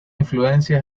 influencia